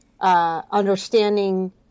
understanding